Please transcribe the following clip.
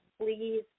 please